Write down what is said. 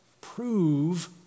prove